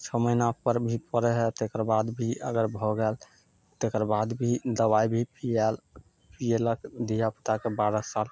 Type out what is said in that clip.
छओ महीनापर भी पड़य हइ तेकर बाद भी अगर भऽ गेल तकर बाद भी दबाइ भी पी एल पीयलक धिया पूताके बारह साल